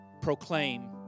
proclaim